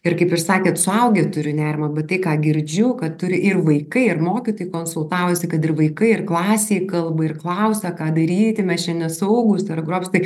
ir kaip ir sakėt suaugę turiu nerimo bet tai ką girdžiu kad turi ir vaikai ir mokytojai konsultavosi kad ir vaikai ir klasėj kalba ir klausia ką daryti mes čia nesaugūs tai yra grobstyti